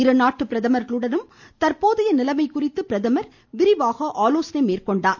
இரு நாட்டு பிரதமர்களுடனும் தற்போதைய நிலைமை குறித்து பிரதமர் விரிவாக ஆலோசனை மேற்கொண்டார்